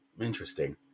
Interesting